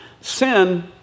Sin